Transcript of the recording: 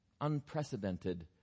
unprecedented